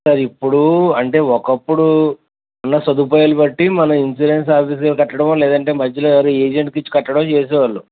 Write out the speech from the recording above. sir ఇప్పుడు అంటే ఒకప్పుడు ఉన్న సదుపాయాలు బట్టి మన ఇన్సూరెన్స్ ఆఫీసర్కి కట్టడమో లేదంటే మధ్యలో ఎవరో ఏజెంట్కి కట్టడమో చేసేవాళ్ళు